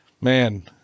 Man